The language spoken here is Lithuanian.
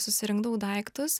susirinkdavau daiktus